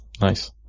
Nice